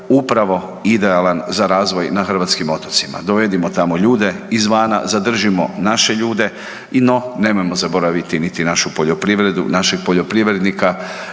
upravo idealan za razvoj na hrvatskim otocima, dovedimo tamo ljude izvana, zadržimo naše ljude i no nemojmo zaboraviti niti našu poljoprivredu i našeg poljoprivrednika